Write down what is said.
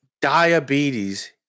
Diabetes